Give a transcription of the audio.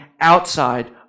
outside